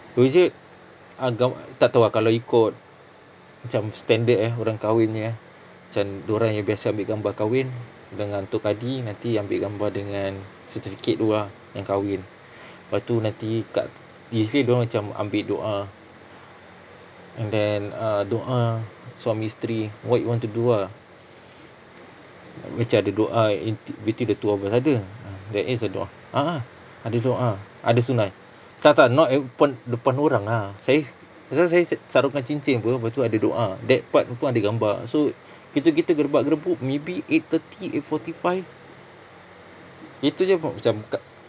is it uh gow~ tak tahu ah kalau ikut macam standard eh orang kahwinnya eh macam dorang yang biasa ambil gambar kahwin dengan tok kadi nanti ambil gambar dengan certificate tu ah yang kahwin lepas tu nanti kat be safe dorang macam ambil doa and then uh doa suami isteri what you want to do ah macam ada doa inti~ between the two of us ada ah there is a doa a'ah ada doa ada sunnah tak tak not ev~ pan~ depan orang ah saya pasal saya s~ sarongkan cincin [pe] lepas tu ada doa that part pun ada gambar so kita gitu gedebak-gedebuk maybe eight thirty eight forty five itu jer about macam k~